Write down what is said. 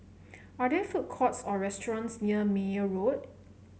are there food courts or restaurants near Meyer Road